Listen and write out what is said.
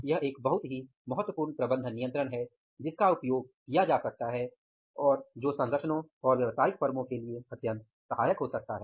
यह एक बहुत ही महत्वपूर्ण प्रबंधन नियंत्रण है जिसका उपयोग किया जा सकता है और जो संगठनों और व्यवसायिक फर्मों के लिए अत्यंत सहायक हो सकता है